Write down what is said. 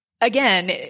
again